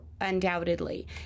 undoubtedly